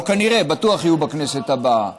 לא כנראה, בטוח יהיו בכנסת הבאה.